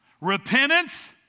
Repentance